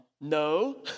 no